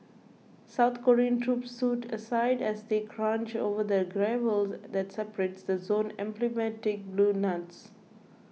South Korean troops stood aside as they crunched over the gravel that separates the zone's emblematic blue huts